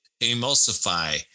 emulsify